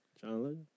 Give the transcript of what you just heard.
John